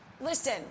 listen